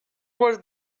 were